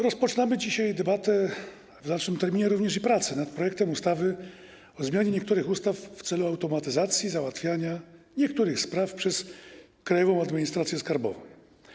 Rozpoczynamy dzisiaj debatę - a w dalszym terminie również prace - nad projektem ustawy o zmianie niektórych ustaw w celu automatyzacji załatwiania niektórych spraw przez Krajową Administrację Skarbową.